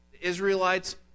Israelites